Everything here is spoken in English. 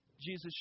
Jesus